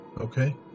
Okay